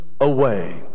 away